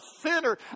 sinner